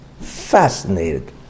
fascinated